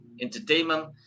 entertainment